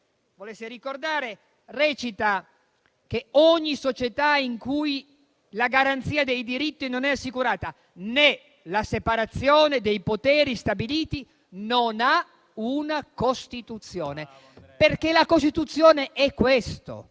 volesse ricordare, recita: «Ogni società in cui la garanzia dei diritti non è assicurata, né la separazione dei poteri stabilita, non ha una Costituzione». La Costituzione è infatti